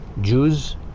Jews